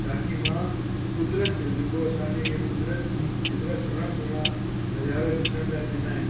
ताकी मां कुदिरत जो जेको असांखे ईअं कुदिरत एतिरा सुहिणा सुहिणा नज़ारा ॾिसण लाइ ॾिना आहिनि